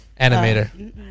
Animator